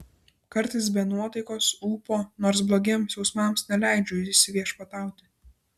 kartais be nuotaikos ūpo nors blogiems jausmams neleidžiu įsiviešpatauti